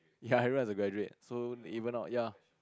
ya everyone is graduate so even now ya